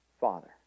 Father